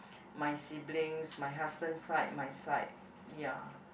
my siblings my husband side my side ya